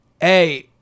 hey